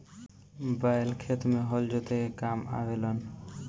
बैल खेत में हल जोते के काम आवे लनअ